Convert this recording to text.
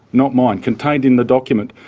not mine, contained in the document.